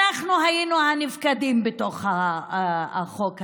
אנחנו היינו הנפקדים בתוך החוק הזה.